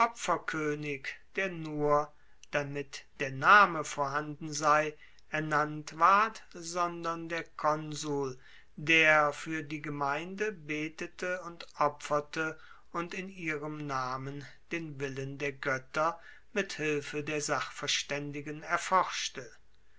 opferkoenig der nur damit der name vorhanden sei ernannt ward sondern der konsul der fuer die gemeinde betete und opferte und in ihrem namen den willen der goetter mit hilfe der sachverstaendigen erforschte